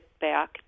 back